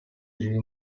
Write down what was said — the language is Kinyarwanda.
riri